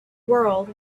world